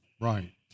Right